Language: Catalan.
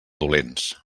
dolents